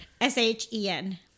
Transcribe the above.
S-H-E-N